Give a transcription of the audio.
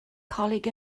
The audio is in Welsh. coleg